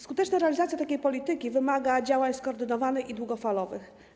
Skuteczna realizacja takiej polityki wymaga działań skoordynowanych i długofalowych.